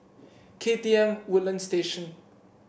K T M Woodlands Station